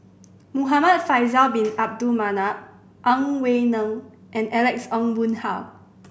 Muhamad Faisal Bin Abdul Manap Ang Wei Neng and Alex Ong Boon Hau